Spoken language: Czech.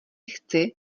chci